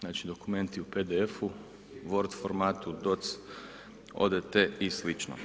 Znači dokumenti u PDF-u, Word formatu, doc., odt. i slično.